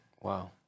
Wow